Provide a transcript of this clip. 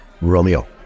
Romeo